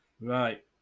Right